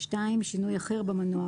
שינוי אחר במנוע,